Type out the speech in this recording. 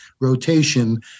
rotation